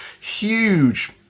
huge